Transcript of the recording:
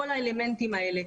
כל האלמנטים האלה.